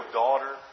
daughter